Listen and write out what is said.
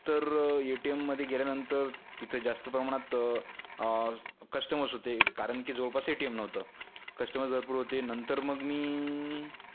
तर्रर्र ये टी एममध्ये गेल्यानंतर तिथे जास्त प्रमाणात कस्टमर्स होते कारण की जवळपास ए टी एम नव्हतं कस्टमर्स भरपूर होते नंतर मग मी